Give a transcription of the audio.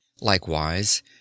Likewise